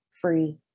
free